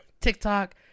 TikTok